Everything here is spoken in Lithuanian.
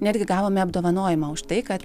netgi gavome apdovanojimą už tai kad